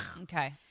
okay